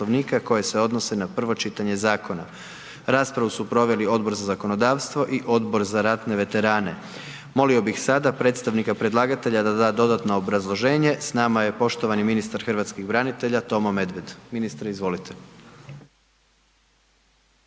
koje se odnose na prvo čitanje zakona. Raspravu su proveli Odbor za zakonodavstvo i Odbor za ratne veterane. Molio bih sada predstavnika predlagatelja da da dodatno obrazloženje, s nama je poštovani ministar hrvatskih branitelja, Tomo Medved. Ministre, izvolite.